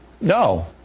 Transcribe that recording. No